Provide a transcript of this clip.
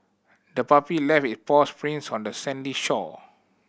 the puppy left it paw sprints on the sandy shore